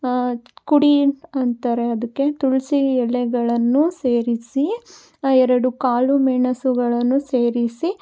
ಕುಡಿ ಅಂತಾರೆ ಅದಕ್ಕೆ ತುಳಸಿ ಎಲೆಗಳನ್ನು ಸೇರಿಸಿ ಎರಡು ಕಾಳು ಮೆಣಸುಗಳನ್ನು ಸೇರಿಸಿ